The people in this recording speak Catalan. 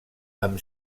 amb